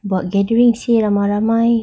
buat gathering seh ramai-ramai